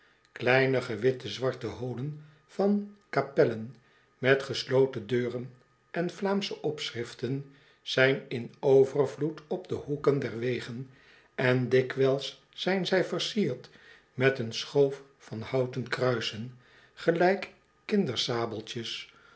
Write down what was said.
kleine gewitte zwarte holen van kapellen met gesloten deuren on vlaamsche opschriften zijn in overvloed op de hoeken der wegen en dikwijls zijn zij versierd met een schoof van houten kruisen gelijk kindersabel